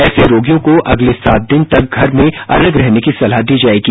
ऐसे रोगियों को अगले सात दिन तक घर में अलग रहने की सलाह दी जाएगी